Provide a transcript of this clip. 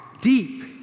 deep